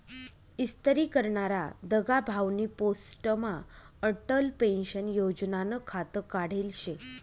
इस्तरी करनारा दगाभाउनी पोस्टमा अटल पेंशन योजनानं खातं काढेल शे